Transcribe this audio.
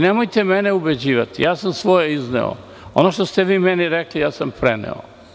Nemojte mene ubeđivati, ja sam svoje izneo, ono što ste vi meni rekli ja sam preneo.